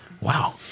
Wow